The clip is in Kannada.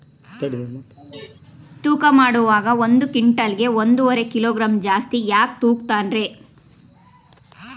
ತೂಕಮಾಡುವಾಗ ಒಂದು ಕ್ವಿಂಟಾಲ್ ಗೆ ಒಂದುವರಿ ಕಿಲೋಗ್ರಾಂ ಜಾಸ್ತಿ ಯಾಕ ತೂಗ್ತಾನ ರೇ?